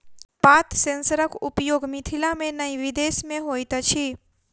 पात सेंसरक उपयोग मिथिला मे नै विदेश मे होइत अछि